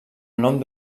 nom